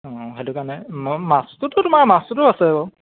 অঁ সেইটো কাৰণে মই মাছটোতো তোমাৰ মাছটোতো আছে বাৰু